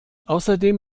außerdem